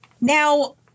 Now